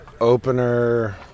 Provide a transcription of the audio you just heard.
Opener